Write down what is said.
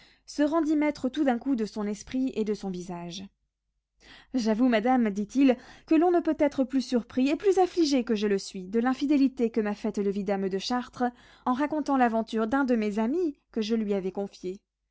se rendit maître tout d'un coup de son esprit et de son visage j'avoue madame dit-il que l'on ne peut être plus surpris et plus affligé que je le suis de l'infidélité que m'a faite le vidame de chartres en racontant l'aventure d'un de mes amis que je lui avais confiée